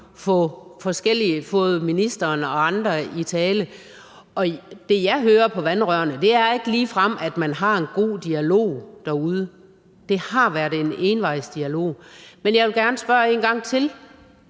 få ministeren og andre i tale. Det, jeg hører på vandrørene, er ikke ligefrem, at man har en god dialog derude. Det har været envejskommunikation. Men jeg vil gerne spørge en gang til: